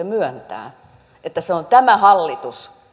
myöntää että se on tämä hallitus